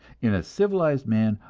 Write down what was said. in a civilized man,